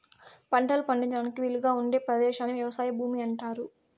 పంటలు పండించడానికి వీలుగా ఉండే పదేశాన్ని వ్యవసాయ భూమి అంటారు